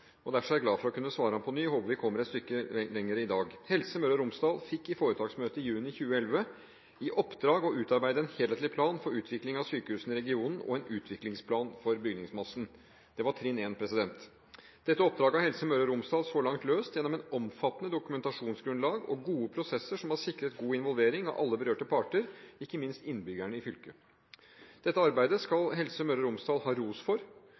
Derfor er jeg glad for å kunne svare ham på ny og håper vi kommer et stykke lenger i dag. Helse Møre og Romsdal fikk i foretaksmøtet i juni 2011 i oppdrag å utarbeide en helhetlig plan for utvikling av sykehusene i regionen og en utviklingsplan for bygningsmassen. Det var trinn én. Dette oppdraget har Helse Møre og Romsdal så langt løst gjennom et omfattende dokumentasjonsgrunnlag og gode prosesser som har sikret god involvering av alle berørte parter, ikke minst innbyggerne i fylket. Dette arbeidet skal Helse Møre og Romsdal ha ros for.